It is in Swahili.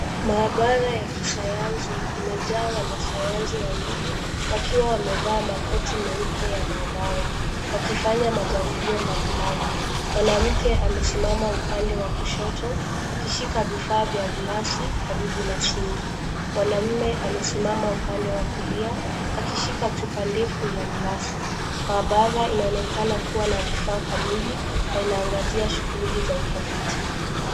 Maabara ya kisayansi imejaa wanasayansi wakiwa wamevaa makoti meupe ya maabara wakifanya majaribio mbalimbali. Mwanamke amesimama upande wa kushoto akishika vifaa vya glasi karibu na sinki. Mwanamme amesimama upande wa kulia akishika chupa ndefu ya glasi. Maabara inaonekana kuwa na vifaa kamili na inaangazia shughuli za utafiti.